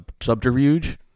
subterfuge